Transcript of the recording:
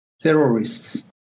terrorists